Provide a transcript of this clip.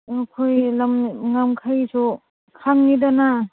ꯑꯩꯈꯣꯏ ꯂꯝ ꯉꯝꯈꯩꯁꯨ ꯈꯪꯉꯤꯗꯅ